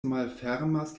malfermas